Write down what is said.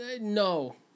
No